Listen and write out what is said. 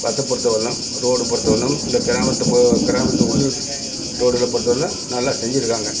பஸ்ஸை பொறுத்த வரைலும் ரோடு பொறுத்த வரைலும் இல்லை கிராமத்தை பொ கிராமத்தை உள்ளூது ரோடில் பொறுத்த வரைலும் நல்லா செஞ்சிருக்காங்க